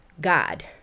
God